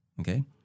okay